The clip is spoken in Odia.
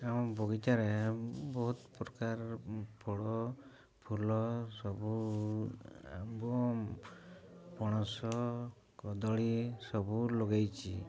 ଆମ ବଗିଚାରେ ବହୁତ ପ୍ରକାର ଫଳ ଫୁଲ ସବୁ ଆମ୍ବ ପଣସ କଦଳୀ ସବୁ ଲଗେଇଛି